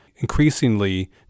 increasingly